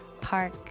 park